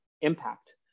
impact